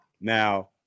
Now